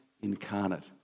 incarnate